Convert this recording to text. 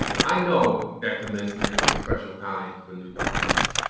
i know that commencement is a special time for new doctors.